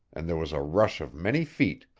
and there was a rush of many feet.